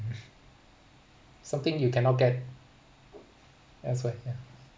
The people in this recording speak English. something you cannot get elsewhere ya